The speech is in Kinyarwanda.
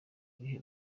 irihe